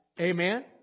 Amen